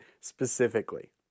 specifically